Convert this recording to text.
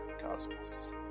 Cosmos